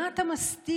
מה אתה מסתיר?